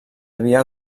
havia